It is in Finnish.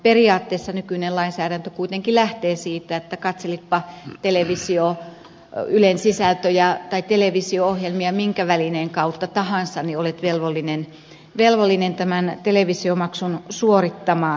periaatteessa nykyinen lainsäädäntö kuitenkin lähtee siitä että katselitpa ylen sisältöjä tai televisio ohjelmia minkä välineen kautta tahansa olet velvollinen tämän televisiomaksun suorittamaan